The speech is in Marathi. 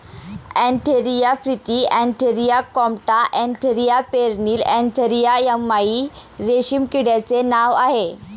Antheraea frithi Antheraea compta Antheraea pernyi Antheraea yamamai रेशीम किड्याचे नाव आहे